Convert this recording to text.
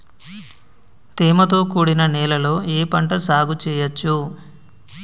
తేమతో కూడిన నేలలో ఏ పంట సాగు చేయచ్చు?